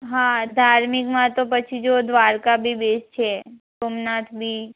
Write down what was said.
હા ધાર્મિકમાં તો પછી જો દ્વારકા બી બેસ્ટ છે સોમનાથ બી